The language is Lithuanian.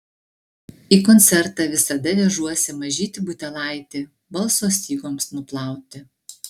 į koncertą visada vežuosi mažytį butelaitį balso stygoms nuplauti